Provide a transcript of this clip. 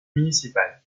municipal